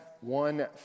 one